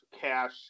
cash